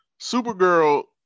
Supergirl